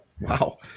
Wow